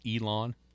Elon